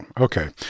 Okay